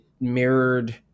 mirrored